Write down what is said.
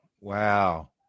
Wow